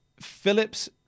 Phillips